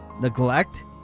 neglect